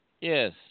Yes